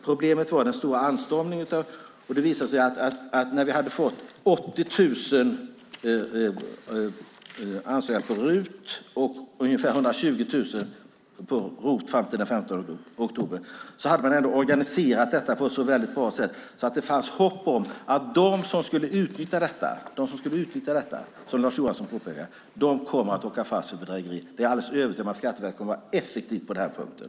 Problemet var den stora anstormningen av ansökningar om RUT och HUS. Man hade fått ungefär 80 000 ansökningar om RUT och ungefär 120 000 om ROT fram till den 15 oktober. Man hade organiserat det på ett så bra sätt att det fanns hopp om att de som skulle utnyttja detta, som Lars Johansson påpekade, kommer att åka fast för bedrägeri. Jag är alldeles övertygad om att Skatteverket kommer att vara effektivt på den punkten.